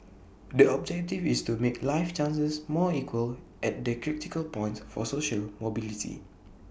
the objective is to make life chances more equal at the critical points for social mobility